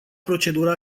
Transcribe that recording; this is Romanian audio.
procedură